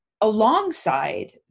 alongside